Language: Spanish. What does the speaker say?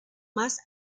más